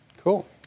Cool